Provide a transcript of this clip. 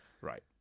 Right